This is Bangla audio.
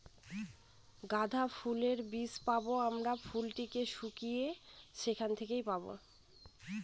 গাঁদা ফুলের বীজ কোথায় পাবো?